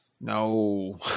No